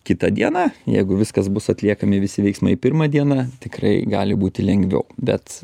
kitą dieną jeigu viskas bus atliekami visi veiksmai pirmą dieną tikrai gali būti lengviau bet